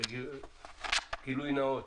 בגילוי נאות,